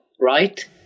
Right